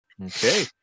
Okay